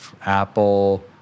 Apple